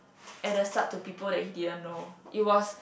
at the start to people that he didn't know it was